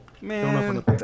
Man